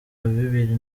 bibiri